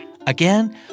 Again